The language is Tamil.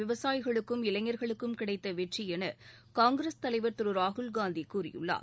விவசாயிகளுக்கும் இளைஞர்களுக்கும் கிடைத்த வெற்றி என காங்கிரஸ் தலைவர் திரு ராகுல்காந்தி கூறியுள்ளார்